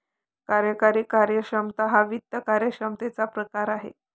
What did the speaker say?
कार्यकारी कार्यक्षमता हा वित्त कार्यक्षमतेचा प्रकार आहे